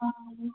ও